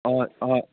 हय हय